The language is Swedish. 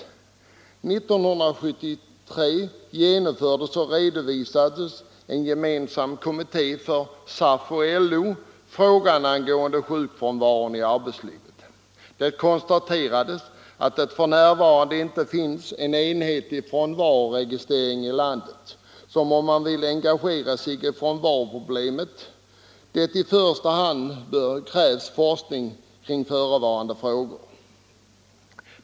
År 1973 redovisade en gemensam kommitté för SAF och LO frågan angående sjukfrånvaron i arbetslivet. Det konstaterades att det f. n. inte finns någon enhetlig frånvaroregistrering i landet och att det, om man vill engagera sig i frånvaroproblemet, i första hand krävs forskning rörande frånvaron.